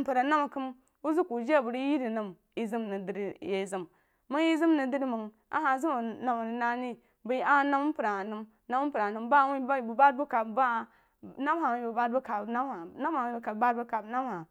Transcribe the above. npər a nama kam wuh zəng ku jah a nəng yeh rig nəm yeh zam nəng drí yeh zam yeh zam nəng dri məng a hah zam a nama rig nahre bəi a hah nama mpər hah nəm nama mpər bah hah wuh bəng bad bu kam ba hah nama hah wuh bəng bad bu kam ama hah.